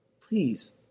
please